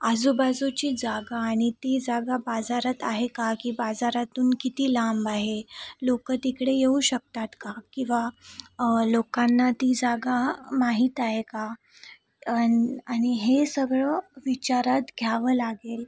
आजूबाजूची जागा आणि ती जागा बाजारात आहे का की बाजारातून किती लांब आहे लोकं तिकडे येऊ शकतात का किंवा लोकांना ती जागा माहीत आहे का आणि आणि हे सगळं विचारात घ्यावं लागेल